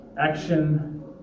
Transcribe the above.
action